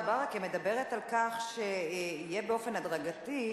ברכה מדברת על כך שזה יהיה באופן הדרגתי,